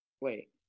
wait